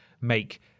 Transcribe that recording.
make